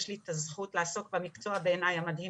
יש לי את הזכות לעסוק במקצוע הזה שהוא בעיניי המדהים